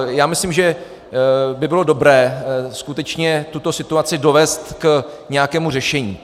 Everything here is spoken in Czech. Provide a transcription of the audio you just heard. Já myslím, že by bylo dobré skutečně tuto situaci dovézt k nějakému řešení.